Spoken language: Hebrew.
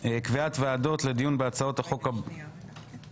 קביעת ועדות לדיון בהצעות החוק הבאות: